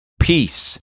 peace